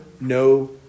no